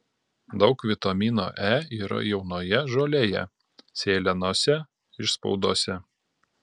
daug vitamino e yra jaunoje žolėje sėlenose išspaudose